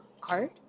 card